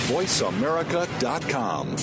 VoiceAmerica.com